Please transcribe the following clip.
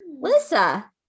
Lissa